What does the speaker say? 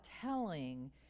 telling